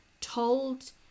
told